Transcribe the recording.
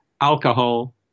alcohol